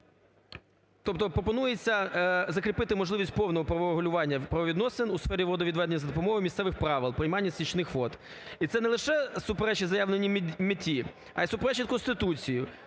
Тобто пропонується закріпити можливість повного правого регулювання правовідносин у сфери водовідведення за допомогою місцевих правил приймання стічних вод. І це не лише суперечить заявленій меті, а й суперечить Конституції